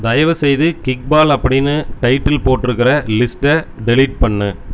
தயவுசெய்து கிக்பால் அப்படின்னு டைட்டில் போட்டிருக்கிற லிஸ்ட்டை டெலீட் பண்ணு